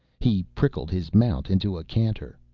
he pricked his mount into a canter.